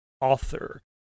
author